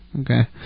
Okay